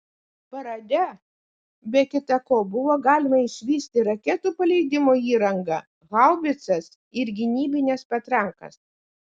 parade be kita ko buvo galima išvysti raketų paleidimo įrangą haubicas ir gynybines patrankas